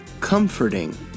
comforting